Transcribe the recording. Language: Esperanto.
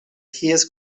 ties